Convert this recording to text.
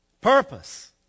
Purpose